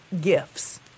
gifts